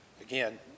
Again